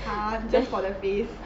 !huh! just for the face